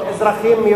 אזרחים,